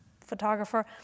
photographer